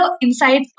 inside